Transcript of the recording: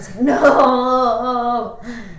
No